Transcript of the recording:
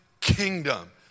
kingdom